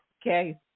okay